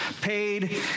paid